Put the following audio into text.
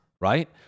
Right